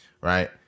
Right